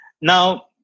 Now